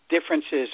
differences